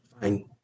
Fine